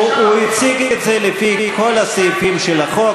הוא הציג את זה לפי כל הסעיפים של החוק,